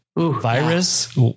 Virus